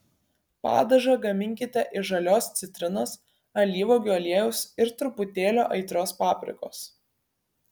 padažą gaminkite iš žalios citrinos alyvuogių aliejaus ir truputėlio aitrios paprikos